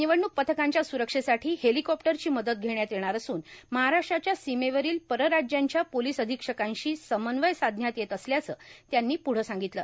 निवडणूक पथकांच्या स्प्रक्षेसाठी हेलिकॉप्टरची मदत घेण्यात येणार असून महाराष्ट्राच्या सीमेवरील परराज्यांच्या पोलीस अधिक्षकांशी समन्वय साधण्यात येत असल्याचं त्यांनी पुढं सांगितलं